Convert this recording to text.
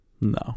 No